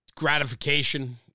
gratification